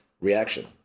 reaction